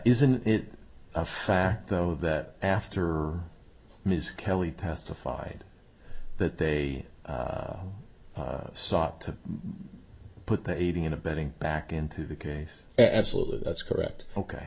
isn't it a fact though that after ms kelly testified that they sought to put the aiding and abetting back into the case absolutely that's correct ok